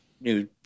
new